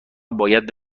باید